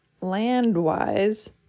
Land-wise